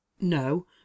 No